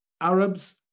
Arabs